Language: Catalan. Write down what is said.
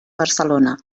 barcelona